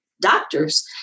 doctors